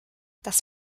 das